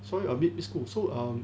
sorry uh mi~ miss khoo so err mm